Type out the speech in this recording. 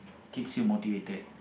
keeps you motivated